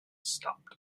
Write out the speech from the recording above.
stopped